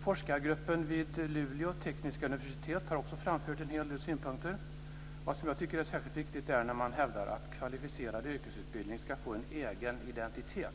Forskargruppen vid Luleå tekniska universitet har också framfört en hel del synpunkter. Vad jag tycker är särskilt viktigt är att man hävdar att kvalificerad yrkesutbildning ska få en egen identitet.